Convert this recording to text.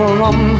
rum